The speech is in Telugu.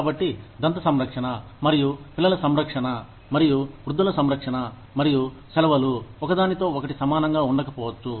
కాబట్టి దంత సంరక్షణ మరియు పిల్లల సంరక్షణ మరియు వృద్ధుల సంరక్షణ మరియు సెలవులు ఒక దానితో ఒకటి సమానంగా ఉండకపోవచ్చు